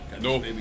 No